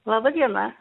laba diena